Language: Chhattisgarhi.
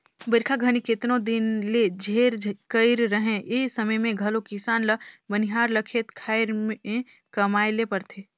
बरिखा घनी केतनो दिन ले झेर कइर रहें ए समे मे घलो किसान ल बनिहार ल खेत खाएर मे कमाए ले परथे